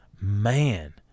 man